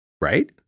right